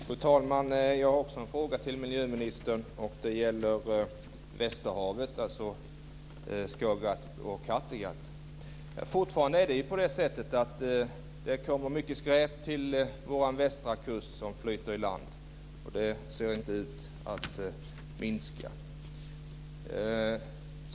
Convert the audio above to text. Fru talman! Jag har också en fråga till miljöministern. Det gäller västerhavet, alltså Skagerrak och Kattegatt. Fortfarande är det på det sättet att det kommer mycket skräp till vår västra kust, som flyter i land. Det ser inte ut att minska.